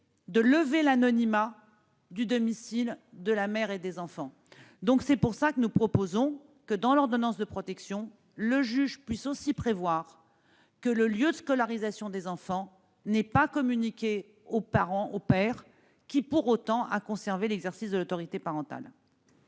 de lever l'anonymat du domicile de la mère et des enfants. C'est pourquoi nous proposons que, dans l'ordonnance de protection, le juge puisse aussi prévoir que le lieu de scolarisation des enfants n'est pas communiqué au père qui, pour autant, a conservé l'exercice de l'autorité parentale.